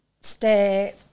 stay